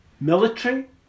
military